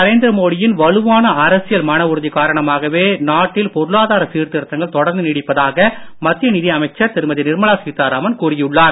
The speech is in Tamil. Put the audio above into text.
நரேந்திர மோடியின் வலுவான அரசியல் மன உறுதி காரணமாகவே நாட்டில் பொருளாதார சீர்திருத்தங்கள் தொடர்ந்து நீடிப்பதாக மத்திய நிதி அமைச்சர் திருமதி நிர்மலா சீதாராமன் கூறியுள்ளார்